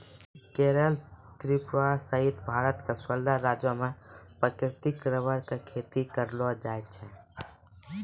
केरल त्रिपुरा सहित भारत के सोलह राज्य मॅ प्राकृतिक रबर के खेती करलो जाय छै